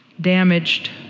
damaged